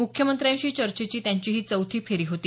मुख्यमंत्र्यांशी चर्चेची त्यांची ही चौथी फेरी होती